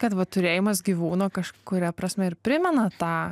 kad vat turėjimas gyvūno kažkuria prasme ir primena tą